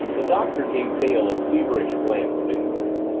the doctor gave dale a feverish glance of inquiry.